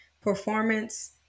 Performance